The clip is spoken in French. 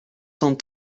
cent